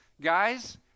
guys